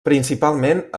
principalment